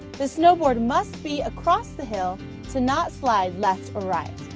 the snowboard must be across the hill to not slide left or right.